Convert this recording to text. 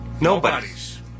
Nobody's